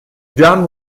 done